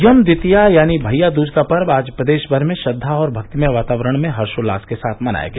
यम द्वितीया यानी भइया दूज का पर्व आज प्रदेश भर में श्रद्वा और भक्तिमय वातावरण में हर्षोल्लास के साथ मनाया गया